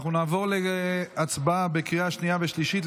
אנחנו נעבור להצבעה בקריאה שנייה ושלישית על